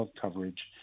coverage